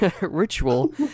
ritual